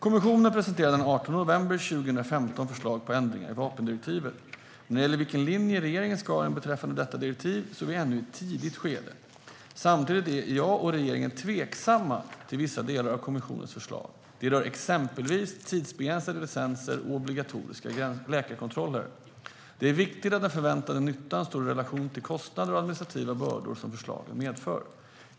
Kommissionen presenterade den 18 november 2015 förslag på ändringar i vapendirektivet. När det gäller vilken linje regeringen ska ha beträffande detta direktiv är vi ännu i ett tidigt skede. Samtidigt är jag och regeringen tveksamma till vissa delar av kommissionens förslag. Det rör till exempel tidsbegränsade licenser och obligatoriska läkarkontroller. Det är viktigt att den förväntade nyttan står i relation till kostnader och administrativa bördor som förslagen medför.